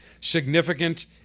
significant